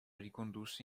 ricondusse